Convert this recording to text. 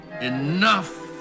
enough